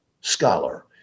scholar